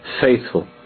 faithful